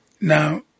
Now